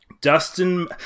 Dustin